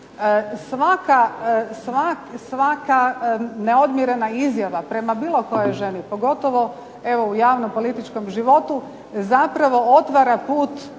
Svaka neodmjerena izjava prema bilo kojoj ženi pogotovo u javno političkom životu zapravo otvara put